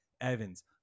Evans